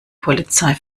polizei